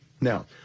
Now